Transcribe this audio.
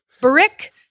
Brick